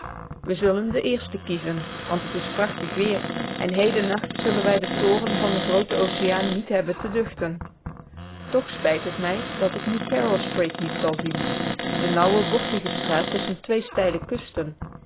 we zullen den eersten kiezen want het is prachtig weer en heden nacht zullen wij den toorn van den grooten oceaan niet hebben te duchten toch spijt het mij dat ik nu peril strait niet zal zien de nauwe bochtige straat tuschen twee steile kusten